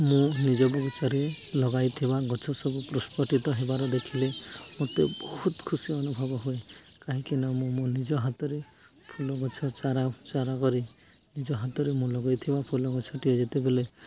ମୁଁ ନିଜ ବଗିଚାରେ ଲଗାଇଥିବା ଗଛ ସବୁ ପ୍ରଷ୍ପୁଟିତ ହେବାର ଦେଖିଲେ ମୋତେ ବହୁତ ଖୁସି ଅନୁଭବ ହୁଏ କାହିଁକି ନା ମୁଁ ମୋ ନିଜ ହାତରେ ଫୁଲ ଗଛ ଚାରା ଚାରା କରି ନିଜ ହାତରେ ମୁଁ ଲଗେଇଥିବା ଫୁଲ ଗଛଟିଏ ଯେତେବେଲେ